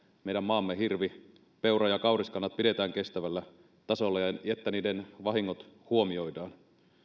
meidän maamme hirvi peura ja kauriskannat pidetään kestävällä tasolla ja että niiden vahingot huomioidaan